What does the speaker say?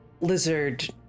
lizard